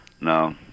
No